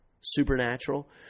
supernatural